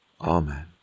Amen